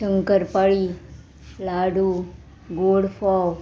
शंकरपाळी laddu गोडफोव